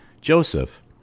Joseph